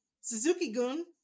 Suzuki-gun